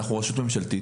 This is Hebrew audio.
אנחנו רשות ממשלתית,